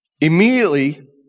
Immediately